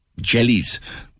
jellies